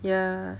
ya